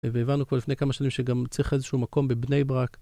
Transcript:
והבנו כבר לפני כמה שנים שגם צריך איזשהו מקום בבני ברק.